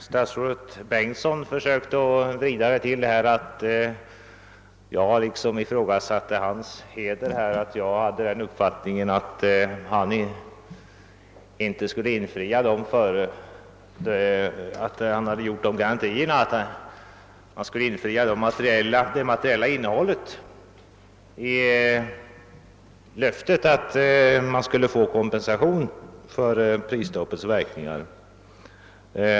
Statsrådet Bengtsson försökte vrida mitt yttrande till att jag närmast skulle ifrågasätta hans heder och mena, att han åtminstone när det gällde det materiella innehållet inte ämnade infria löftet om kompensation för prisstoppets verkningar.